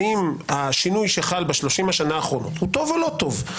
האם השינוי שחל ב-30 השנים האחרונות הוא טוב או לא טוב.